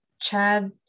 Chad